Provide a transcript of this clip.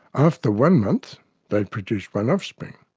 after one month they've produced one offspring.